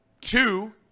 two